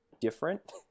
different